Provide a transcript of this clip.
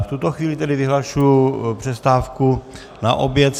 V tuto chvíli tedy vyhlašuji přestávku na oběd.